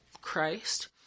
Christ